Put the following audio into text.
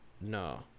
no